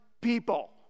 people